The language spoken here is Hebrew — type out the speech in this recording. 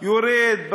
יורד,